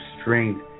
strength